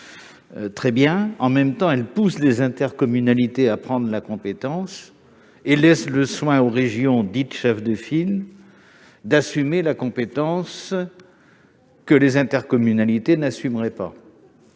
Très bien ! En même temps, la LOM pousse les intercommunalités à se saisir de la compétence mobilités et laisse le soin aux régions dites chef de file d'assumer la compétence là où les intercommunalités ne le feraient pas.